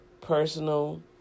personal